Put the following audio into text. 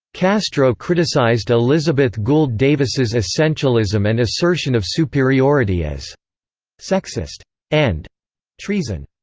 castro criticized elizabeth gould davis' essentialism and assertion of superiority as sexist and treason.